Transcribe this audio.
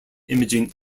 imaging